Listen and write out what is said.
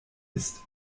ist